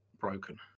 broken